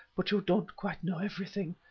but you don't quite know everything.